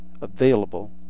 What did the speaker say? available